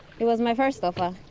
he was my first offer!